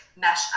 mesh